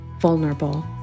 vulnerable